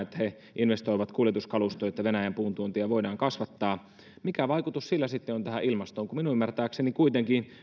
että he investoivat kuljetuskalustoon niin että venäjän puuntuontia voidaan kasvattaa mikä vaikutus sillä sitten on tähän ilmastoon minun ymmärtääkseni kuitenkin